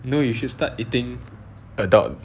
no you should start eating adult